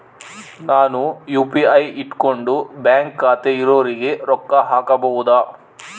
ನಾನು ಯು.ಪಿ.ಐ ಇಟ್ಕೊಂಡು ಬ್ಯಾಂಕ್ ಖಾತೆ ಇರೊರಿಗೆ ರೊಕ್ಕ ಹಾಕಬಹುದಾ?